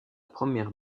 première